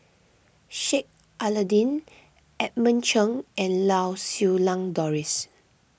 Sheik Alau'ddin Edmund Cheng and Lau Siew Lang Doris